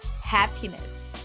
Happiness